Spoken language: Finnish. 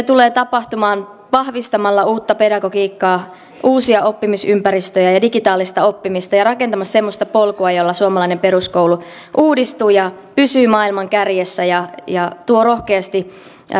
tulee tapahtumaan vahvistamalla uutta pedagogiikkaa uusia oppimisympäristöjä ja ja digitaalista oppimista ja rakentamalla semmoista polkua jolla suomalainen peruskoulu uudistuu ja pysyy maailman kärjessä ja ja tuo rohkeasti